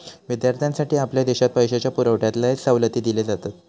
विद्यार्थ्यांसाठी आपल्या देशात पैशाच्या पुरवठ्यात लय सवलती दिले जातत